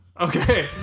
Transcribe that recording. Okay